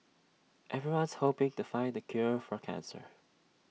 everyone's hoping to find the cure for cancer